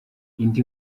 indi